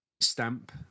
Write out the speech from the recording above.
stamp